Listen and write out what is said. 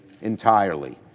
entirely